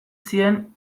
zien